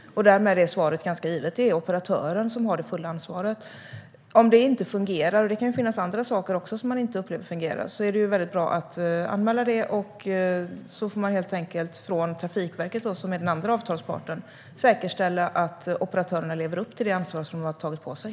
Därmed är svaret ganska givet: Det är operatören som har det fulla ansvaret. Om det inte fungerar - det kan också finnas andra saker som man upplever inte fungerar - är det bra att anmäla det. Då får Trafikverket, som är den andra avtalsparten, säkerställa att operatörerna lever upp till det ansvar som de har tagit på sig.